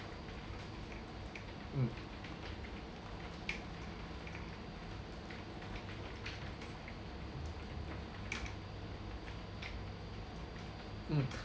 mm mm